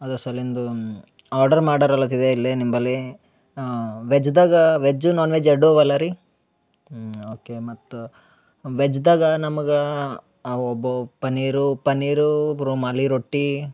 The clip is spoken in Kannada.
ಅದ್ರ ಸಲಿಂದು ಆರ್ಡರ್ ಮಾಡರ ಅಲತಿದೆ ಇಲ್ಲೇ ನಿಂಬಲ್ಲಿ ವೆಜ್ದಾಗ ವೆಜ್ಜು ನಾನ್ ವೆಜ್ ಎರಡು ಅವಲ್ಲ ರೀ ಓಕೆ ಮತ್ತು ವೆಜ್ದಾಗ ನಮ್ಗ ಓಬೊ ಪನ್ನೀರು ಪನ್ನೀರೂ ರುಮಾಲಿ ರೊಟ್ಟಿ